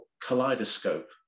Kaleidoscope